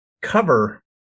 cover